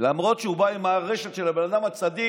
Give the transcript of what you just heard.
למרות שהוא בא עם הארשת של הבן אדם הצדיק,